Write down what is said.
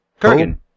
Kurgan